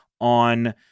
on